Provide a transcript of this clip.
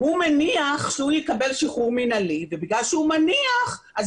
הוא מניח שהוא יקבל שחרור מנהלי ובגלל שהוא מניח אז